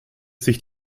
sich